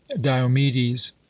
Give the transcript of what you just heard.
Diomedes